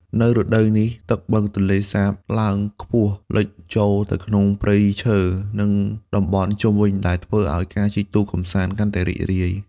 នៅរដូវនេះ ទឹកបឹងទន្លេសាបឡើងខ្ពស់លិចចូលទៅក្នុងព្រៃឈើ និងតំបន់ជុំវិញ ដែលធ្វើឲ្យការជិះទូកកម្សាន្តកាន់តែរីករាយ។